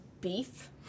Beef